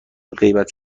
غیبت